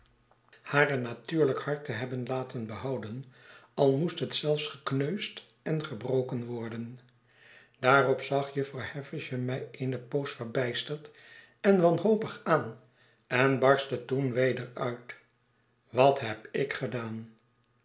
haar een natuurlijk hart te hebben laten behouden al moest het zelfs gekneusd en gebroken worden daarop zag jufvrouw havisham mij eene poos verbijsterd en wanhopig aan en barstte toen weder uit wat heb ik gedaan